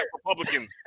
Republicans